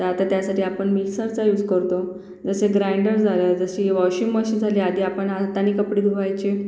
तर आता त्यासाठी आपण मिक्सरचा यूस करतो जसे ग्रायंडर झालं जशी वॉशिंग मशि झाली आधी आपण हाताने कपडे धुवायचे